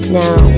now